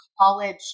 college